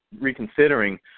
reconsidering